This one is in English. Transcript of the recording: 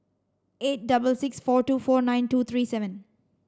eight double six four two four nine two three seven